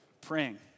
praying